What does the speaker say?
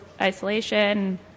isolation